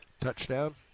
Touchdown